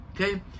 Okay